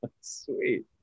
Sweet